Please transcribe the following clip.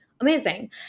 amazing